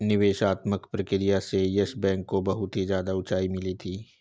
निवेशात्मक प्रक्रिया से येस बैंक को बहुत ही ज्यादा उंचाई मिली थी